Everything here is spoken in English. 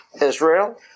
Israel